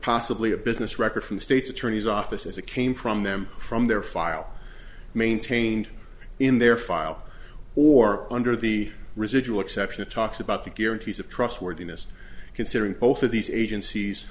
possibly a business record from the state's attorney's office as it came from them from their file maintained in their file or under the residual exception it talks about the guarantees of trustworthiness considering both of these agencies